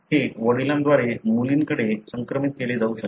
हे वडिलांद्वारे मुलीकडे संक्रमित केले जाऊ शकते